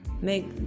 make